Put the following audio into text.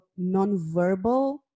nonverbal